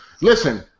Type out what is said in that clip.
listen